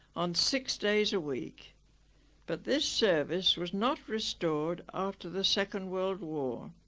on six days a week but this service was not restored after the second world war